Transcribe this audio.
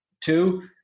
Two